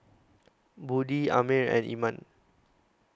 Budi Ammir and Iman